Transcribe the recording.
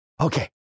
okay